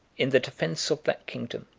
in the defence of that kingdom,